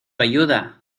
ayuda